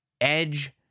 Edge